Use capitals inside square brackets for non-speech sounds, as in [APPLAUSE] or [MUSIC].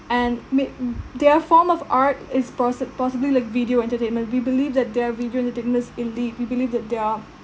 and made [NOISE] their form of art is possib~ possibly like video entertainment we believe that they are video entertainers indeed we believe that they are